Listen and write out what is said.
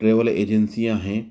travel एजेंसियां हैं